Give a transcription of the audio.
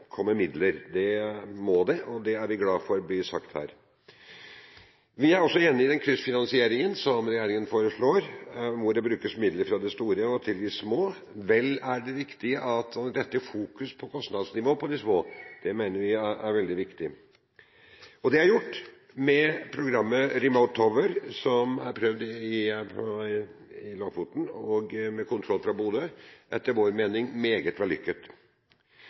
komme midler. Det må det, og det er vi glad for blir sagt her. Vi er også enig i den kryssfinansieringen som regjeringen foreslår, hvor det overføres midler fra de store til de små, og vel er det riktig å fokusere på kostnadsnivået på de små flyplassene. Det mener vi er veldig viktig, og det er gjort med programmet «Remote Tower», som er prøvd i Lofoten med kontroll fra Bodø. Dette er etter vår mening meget